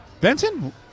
Benson